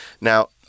Now